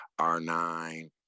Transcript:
R9